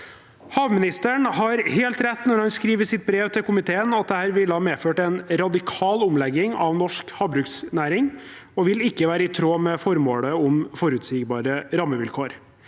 Havministeren har helt rett når han skriver i sitt brev til komiteen at dette ville medført en radikal omlegging av norsk havbruksnæring og ikke er i tråd med formålet om forutsigbare rammevilkår.